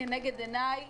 לנגד עיניי